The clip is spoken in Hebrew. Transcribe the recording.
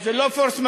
זה לא פורס-מז'ור,